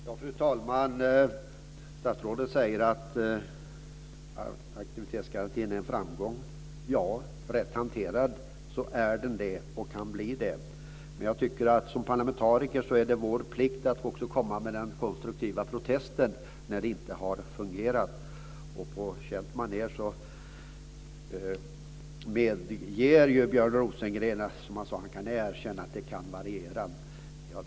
Fru talman! Statsrådet säger att aktivitetsgarantin är en framgång. Ja, rätt hanterad är den det och kan bli det. Men som parlamentariker är det vår plikt att komma med den konstruktiva protesten när det inte har fungerat. På känt manér säger Björn Rosengren att han kan erkänna att det kan variera.